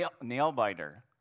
Nail-biter